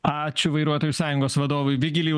ačiū vairuotojų sąjungos vadovui vigilijui